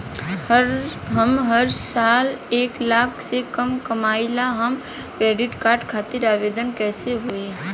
हम हर साल एक लाख से कम कमाली हम क्रेडिट कार्ड खातिर आवेदन कैसे होइ?